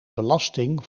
belasting